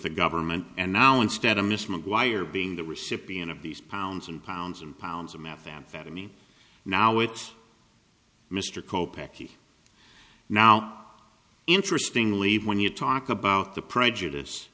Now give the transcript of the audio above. the government and now instead of mr mcguire being the recipient of these pounds and pounds and pounds of methamphetamine now it's mr coe picky now interestingly when you talk about the prejudice